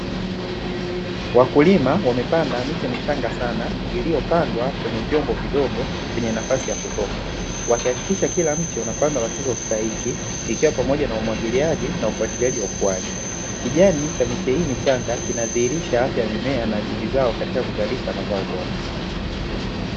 Wakulima wamepanda miche michanga sana iliyopandwa kwenye vyombo vidogo vyenye nafasi ya kutosha, wakihakikisha kila mche unapandwa kwa tunzo stahiki, ikiwa pamoja na umwagiliaji na ufwatiliaji wa ukuaji. Kijani cha miche hii michanga kinadhihirisha afya ya mimea na juhudi zao katika kuzalisha mazao bora.